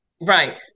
right